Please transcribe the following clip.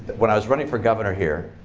when i was running for governor here,